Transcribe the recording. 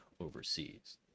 overseas